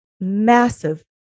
massive